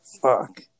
fuck